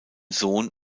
sohn